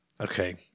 okay